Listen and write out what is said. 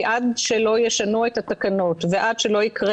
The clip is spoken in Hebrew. כי עד שלא ישנו את התקנות ועד שלא יקרה